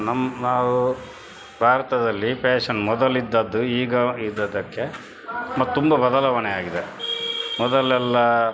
ನಮ್ಮ ನಾವು ಭಾರತದಲ್ಲಿ ಫ್ಯಾಶನ್ ಮೊದಲಿದ್ದದ್ದು ಈಗ ಇದ್ದದಕ್ಕೆ ಮತ್ತು ತುಂಬ ಬದಲಾವಣೆ ಆಗಿದೆ ಮೊದಲೆಲ್ಲಾ